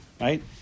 right